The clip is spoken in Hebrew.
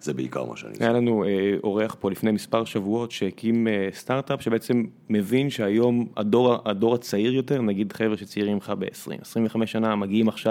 זה בעיקר מה שאני. היה לנו אורח פה לפני מספר שבועות שהקים סטארט-אפ, שבעצם מבין שהיום הדור הצעיר יותר, נגיד חבר'ה שצעירים ממך ב-20, 25 שנה, מגיעים עכשיו.